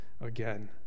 again